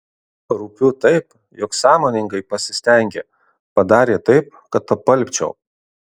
rūpiu taip jog sąmoningai pasistengė padarė taip kad apalpčiau